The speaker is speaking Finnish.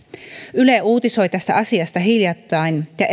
yle uutisoi tästä asiasta hiljattain ja